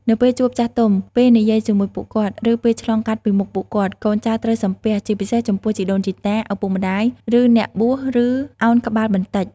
នៅពេលជួបចាស់ទុំ ពេលនិយាយជាមួយពួកគាត់ ឬពេលឆ្លងកាត់ពីមុខពួកគាត់ កូនចៅត្រូវ សំពះ ជាពិសេសចំពោះជីដូនជីតា ឪពុកម្ដាយ ឬអ្នកបួស ឬ ឱនក្បាលបន្តិច។